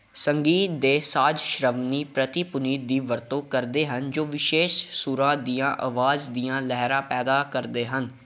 ਸੰਗੀਤ ਦੇ ਸਾਜ਼ ਸ਼ਰਵਣੀ ਪ੍ਰਤਿਪੁਨਿਤ ਦੀ ਵਰਤੋਂ ਕਰਦੇ ਹਨ ਜੋ ਵਿਸ਼ੇਸ਼ ਸੁਰਾਂ ਦੀਆਂ ਆਵਾਜ਼ ਦੀਆਂ ਲਹਿਰਾਂ ਪੈਦਾ ਕਰਦੇ ਹਨ